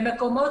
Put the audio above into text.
במקומות